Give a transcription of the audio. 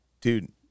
dude